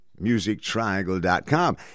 musictriangle.com